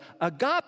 Agape